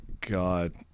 god